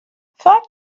thought